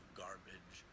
garbage